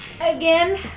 again